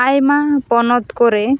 ᱟᱭᱢᱟ ᱯᱚᱱᱚᱛ ᱠᱚᱨᱮ